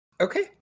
Okay